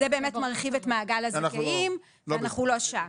זה באמת מרחיב את מעגל הזכאים ואנחנו לא שם.